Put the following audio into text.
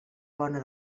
bona